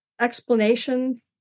explanation